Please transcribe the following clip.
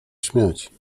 śmiać